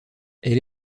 elle